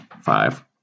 Five